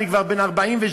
אני כבר בן 42,